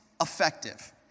effective